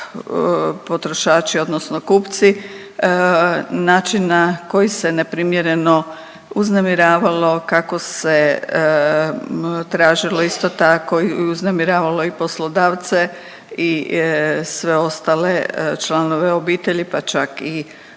potrošači odnosno kupci, načina koji se neprimjereno uznemiravalo, kako se tražilo isto tako i uznemiravalo i poslodavce i sve ostale članove obitelji pa čak i